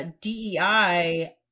DEI